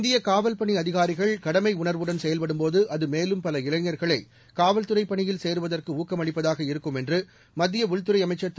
இந்திய காவல்பணி அதிகாரிகள் கடமையுணர்வுடன் செயல்படும்போது அது மேலும் பல இளைஞர்கள் காவல்துறைப் பனியில் சேருவதற்கு ஊக்கமளிப்பதாக இருக்கும் என்று மத்திய உள்துறை அமைச்சர் திரு